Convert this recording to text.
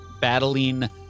battling